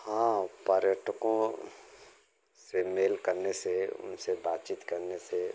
हाँ पर्यटकों से मेल करने से उनसे बातचीत करने से